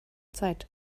zeit